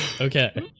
Okay